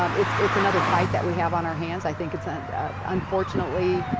um it's it's another fight that we have on our hands. i think it's, and unfortunately,